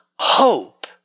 hope